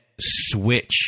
switch